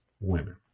women